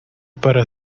para